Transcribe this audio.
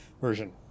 version